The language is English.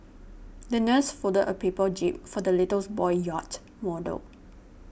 the nurse folded a paper jib for the little boy's yacht model